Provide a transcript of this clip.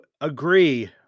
agree